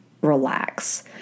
relax